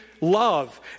love